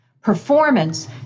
Performance